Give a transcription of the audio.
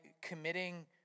committing